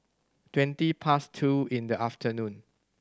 twenty past two in the afternoon